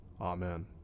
Amen